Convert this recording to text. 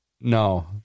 No